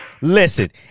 Listen